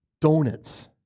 donuts